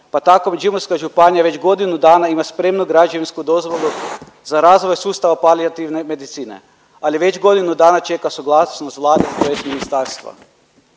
pa tako već Međimurska županija već godinu dana ima spremnu građevinsku dozvolu za razvoj sustava palijativne medicine, ali već godinu dana čeka suglasnost Vlade tj. ministarstva.